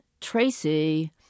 Tracy